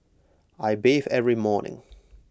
I bathe every morning